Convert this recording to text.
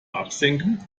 absenken